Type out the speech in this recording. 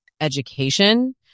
education